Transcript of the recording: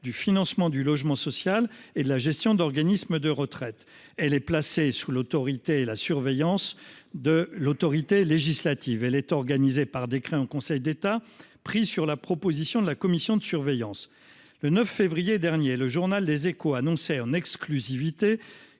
du financement du logement social et de la gestion d'organismes de retraite ». Placée « sous la surveillance et la garantie de l'autorité législative »,« elle est organisée par décret en Conseil d'État, pris sur la proposition de la commission de surveillance ». Le 9 février dernier, le journal annonçait en exclusivité